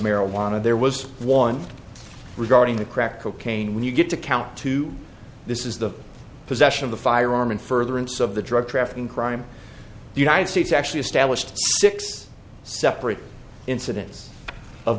marijuana there was one regarding the crack cocaine when you get to count two this is the possession of the firearm in furtherance of the drug trafficking crime the united states actually established six separate incidents of